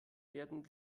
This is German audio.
werden